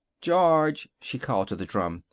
george! she called to the drum.